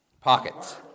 Pockets